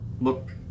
Look